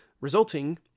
resulting